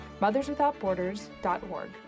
motherswithoutborders.org